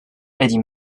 eddie